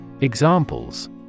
Examples